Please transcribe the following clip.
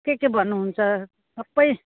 के के भन्नु हुन्छ सबै